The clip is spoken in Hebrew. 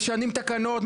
משנים תקנות,